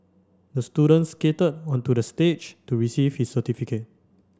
the student skated onto the stage to receive his certificate